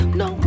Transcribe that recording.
no